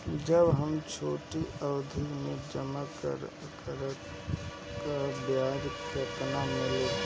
जब हम छोटी अवधि जमा करम त ब्याज केतना मिली?